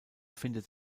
findet